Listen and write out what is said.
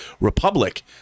republic